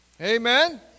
Amen